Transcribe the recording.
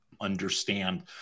understand